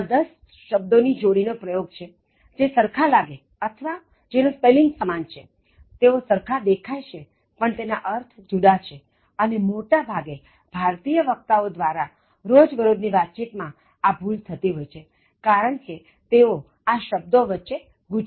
તેઓ દસ શબ્દો ની જોડી નો પ્રયોગ કરશે જે સરખા લાગે અથવા તેનો સ્પેલિંગ સમાન છે તેઓ સરખા દેખાય છે પણ તેના અર્થ જુદા છે અને મોટા ભાગે ભારતીય વક્તા ઓ દ્વારા રોજ બરોજ ની વાતચીતમાં આ ભૂલ થતી હોય છે કારણ તેઓ આ શબ્દો વચ્ચે ગૂંચવાઈ જાય છે